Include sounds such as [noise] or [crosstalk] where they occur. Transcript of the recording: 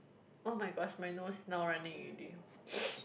oh my gosh my nose now running already [noise]